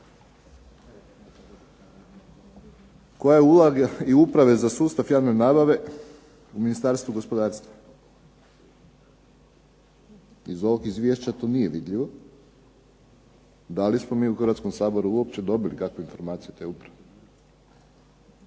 koja je uloga i Uprave za sustav javne nabave u Ministarstvu gospodarstva. Iz ovog izvješća to nije vidljivo. Da li smo mi u Hrvatskom saboru uopće dobili kakve informacije o toj upravi?